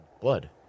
blood